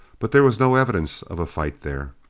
but there was no evidence of a fight there.